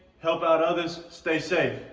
help out others, stay safe,